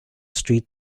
street